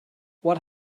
what